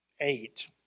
eight